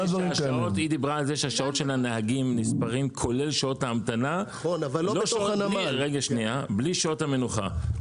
היא דיברה על זה ששעות הנהגים נספרים כולל שעות ההמתנה בלי שעות המנוחה.